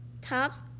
tops